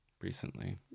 recently